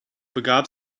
begab